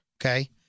Okay